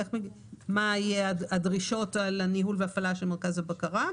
מה יהיו הדרישות על הניהול וההפעלה של מרכז הבקרה,